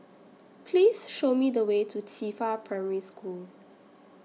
Please Show Me The Way to Qifa Primary School